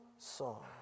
song